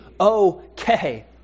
okay